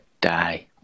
die